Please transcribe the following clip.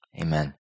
Amen